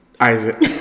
Isaac